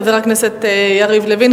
חבר הכנסת יריב לוין.